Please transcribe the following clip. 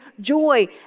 joy